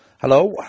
Hello